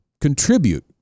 contribute